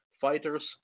fighters